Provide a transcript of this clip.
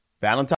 Valentine